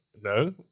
No